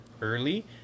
early